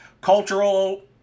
Cultural